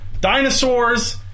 dinosaurs